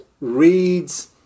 reads